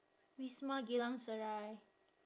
wisma geylang serai